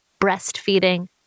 breastfeeding